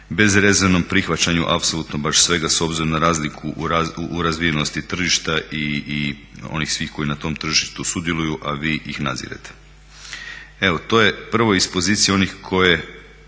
bezrezervnom prihvaćaju apsolutno baš svega s obzirom na razliku u razvijenosti tržišta i onih svih koji na tom tržištu sudjeluju a vi ih nadzirete. Evo to je prvo iz pozicije onih koji